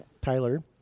Tyler